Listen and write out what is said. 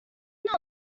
not